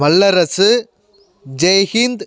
வல்லரசு ஜெய்ஹிந்த்